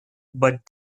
but